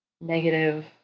negative